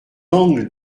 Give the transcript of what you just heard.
angles